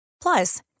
Plus